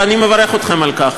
ואני מברך אתכם על כך.